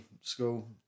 school